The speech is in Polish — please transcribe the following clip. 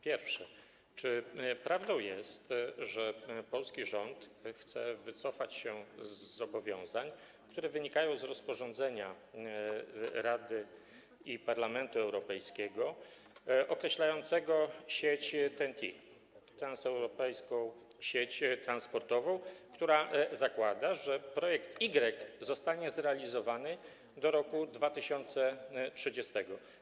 Pierwsze: Czy prawdą jest, że polski rząd chce wycofać się ze zobowiązań, które wynikają z rozporządzenia Rady i Parlamentu Europejskiego określającego sieć TEN-T, Transeuropejską Sieć Transportową, które zakłada, że projekt Y zostanie zrealizowany do roku 2030?